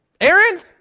Aaron